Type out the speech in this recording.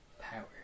power